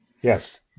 Yes